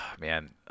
Man